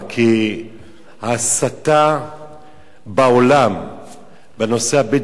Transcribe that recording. כי ההסתה בעולם בנושא הבדואים,